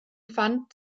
pfand